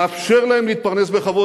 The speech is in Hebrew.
לאפשר להם להתפרנס בכבוד,